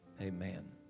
amen